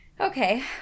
Okay